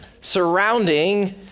surrounding